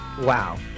Wow